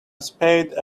spade